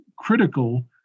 critical